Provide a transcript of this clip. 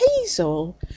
Hazel